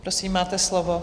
Prosím, máte slovo.